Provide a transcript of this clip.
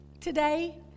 today